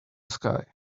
sky